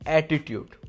attitude